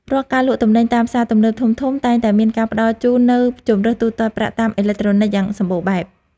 រាល់ការលក់ទំនិញតាមផ្សារទំនើបធំៗតែងតែមានការផ្តល់ជូននូវជម្រើសទូទាត់ប្រាក់តាមអេឡិចត្រូនិកយ៉ាងសម្បូរបែប។